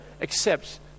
accept